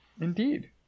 Indeed